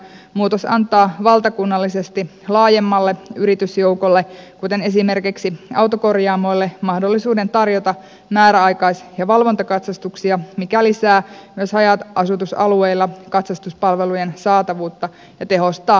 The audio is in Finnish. muutos antaa valtakunnallisesti laajemmalle yritysjoukolle kuten esimerkiksi autokorjaamoille mahdollisuuden tarjota määräaikais ja valvontakatsastuksia mikä lisää myös haja asutusalueilla katsastuspalvelujen saatavuutta ja tehostaa alan kilpailua